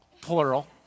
plural